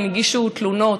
הן הגישו תלונות.